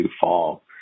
fall